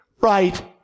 right